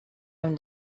own